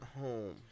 home